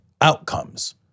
outcomes